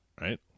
right